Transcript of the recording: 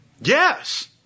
yes